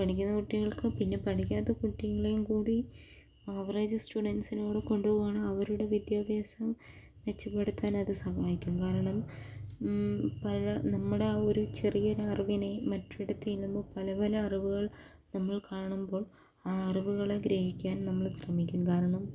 പഠിക്കുന്ന കുട്ടികൾക്ക് പിന്നെ പഠിക്കാത്ത കുട്ടികളെയും കൂടി ആവറേജ് സ്റ്റുഡൻസിനോടെ കൊണ്ടുപോകുകയാണ് അവരുടെ വിദ്യാഭ്യാസം മെച്ചപ്പെടുത്താൻ അത് സഹായിക്കും കാരണം പല നമ്മുടെ ആ ഒരു ചെറിയൊരു അറിവിനെ മറ്റൊരെടുത്ത് ചെല്ലുമ്പോൾ പല പല അറിവുകൾ നമ്മൾ കാണുമ്പോൾ ആ അറിവുകളെ ഗ്രഹിക്കാൻ നമ്മൾ ശ്രമിക്കും കാരണം